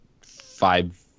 five